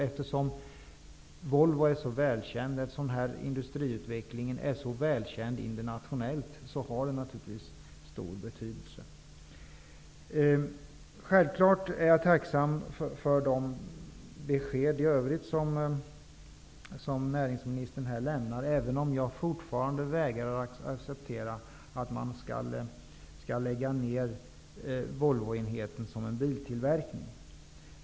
Eftersom Volvo är så välkänt internationellt har den här industriutvecklingen naturligtvis stor betydelse. Självfallet är jag tacksam för de besked i övrigt som näringsministern här lämnade, även om jag fortfarande vägrar att acceptera att man skall lägga ned Volvoenheten som biltillverkning.